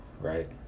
right